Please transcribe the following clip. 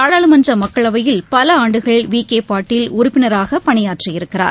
நாடாளுமன்ற மக்களவையில் பல ஆண்டுகள் விக்கே பாட்டீல் உறுப்பினராக பணியாற்றி இருக்கிறார்